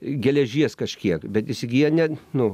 geležies kažkiek bet įsigyja ne nu